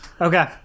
Okay